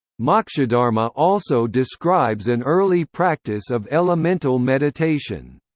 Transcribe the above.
mokshadharma also describes an early practice of elemental meditation.